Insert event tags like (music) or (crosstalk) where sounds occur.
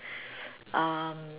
(breath) um